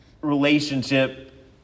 relationship